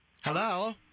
Hello